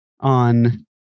on